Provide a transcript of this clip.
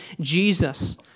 Jesus